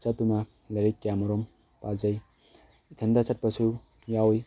ꯆꯠꯇꯨꯅ ꯂꯥꯏꯔꯤꯛ ꯀꯌꯥ ꯑꯃꯔꯣꯝ ꯄꯥꯖꯩ ꯏꯊꯟꯗ ꯆꯠꯄꯁꯨ ꯌꯥꯎꯋꯤ